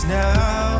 now